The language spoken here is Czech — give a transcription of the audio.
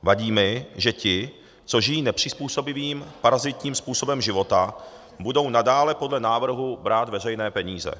Vadí mi, že ti, co žijí nepřizpůsobivým, parazitním způsobem života, budou nadále podle návrhu brát veřejné peníze.